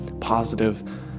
positive